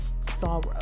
sorrow